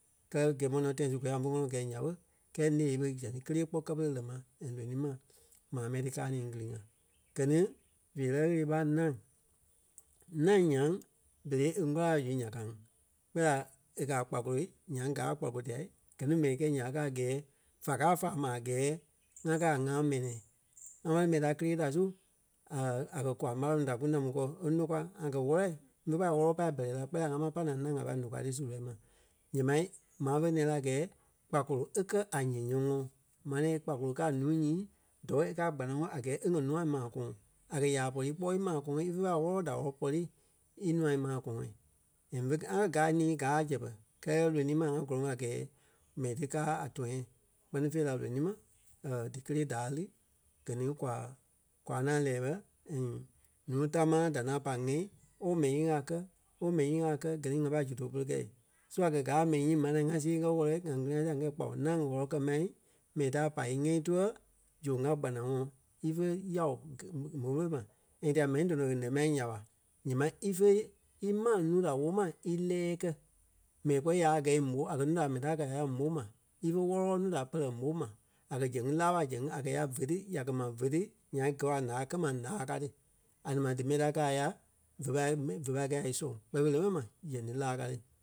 Kɛlɛ tãi su kôya ḿve ŋɔnɔ gɛ̂i nya ɓé kɛɛ ńee ɓé zɛŋ ti kélee kpɔ́ kɛ pere lɛ́ ma and lonii ma maa mɛni ti kaa ni ŋili-ŋa. Gɛ ni veerɛ ɣele ɓa ńâŋ. Ńâŋ nyaŋ berei e ŋ́gula la zu ya ka ŋí kpɛɛ la e kɛ̀ a kpakolo nyaŋ gaa a kpakolo tela. Gɛ ni mɛni kɛi nya ka a gɛɛ va káa fáa ma a gɛɛ ŋá káa a ŋá mɛnɛ̃ɛ. ŋa ma lí mɛni ta kelee da su a kɛ̀ kwaa ḿaraa nuu da kú namu kɔ e nòkwa ŋa kɛ́ wɔlɛ ḿve pai wɔ́lɔ pâi bɛrɛ la kpɛɛ la ŋa máŋ pai ńâŋ a pai nòkwa ti su lɔi ma. Ǹyɛɛ mai, maa fé nɛ̃ɛ ní a gɛɛ kpakolo e kɛ́ a nyî-nyɔmɔɔ. Maa nɛ̃ɛ kpakolo káa a núu nyii dɔɔ káa a kpanaŋɔɔi a gɛɛ e ŋɔ nûa maa kɔ̃ɔŋ. A kɛ̀ ya ɓa pɔri íkpɔɔi í maa kɔ̃ɔŋ ífe pâi wɔ́lɔ-wɔlɔ da wɔlɔ-wɔlɔ pɔri ínûa maa kɔ̃ɔŋ. And fé ŋa gaa nii gáa a zɛpɛ kɛɛ lonii ma ŋa gɔlɔŋ a gɛɛ mɛni ti káa a tɔ̃yâ kpɛ́ni fêi la lonii ma díkelee da lí gɛ ni kwa, kwa ŋaŋ lɛ́ɛ bɛ and núu támaa da ŋaŋ pai ŋ́ɛi ooo mɛni nyiŋí a kɛ ooo mɛni nyiŋí a kɛ gɛ ni ŋá pai zu too pere kɛɛ le. So a kɛ́ káa a mɛni nyii maa nɛ̃ɛ ŋá see ŋ́gɛ wɔ̂lɔ ŋa ŋili-ŋa sia ǹyɛɛ kpao ńâŋ e wɔ́lɔ kɛ ma mɛni ta a pai íŋɛi tuɛ zoŋ a kpanaŋɔɔ ífe yao molo ma. And téla mɛni dɔnɔ e lɛ́ ma nya ɓa ǹyɛɛ mai ífe ímaa núu da woo ma ílɛɛ kɛ́ mɛni kpɔ́ ya gɛi mó a kɛ̀ núu da a mɛni da kɛ́ a ya mó ma ífe wɔlɔ núu da pɛlɛ mó ma. A kɛ̀ zɛŋ ŋí láa a zɛŋ ŋí a kɛ̀ ya vé ti ya kɛ́ ma vé ti nyaŋ kɔɔ a ǹaa kɛ́ ma ǹaa ka ti. A ní ma dí mɛni da kɛ́ a ya ve pai mɛni- ve pai ŋgɛ a í ńzɔŋ kpɛɛ fêi le mɛni ma zɛŋ ti laa ka ti.